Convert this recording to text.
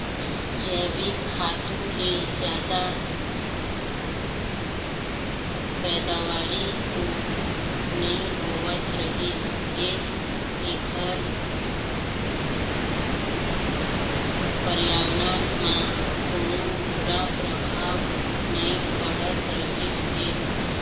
जइविक खातू ले जादा पइदावारी तो नइ होवत रहिस फेर एखर परयाबरन म कोनो बूरा परभाव नइ पड़त रहिस हे